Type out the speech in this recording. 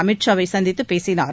அமித் ஷா வை சந்தித்துப் பேசினார்